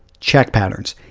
check patterns,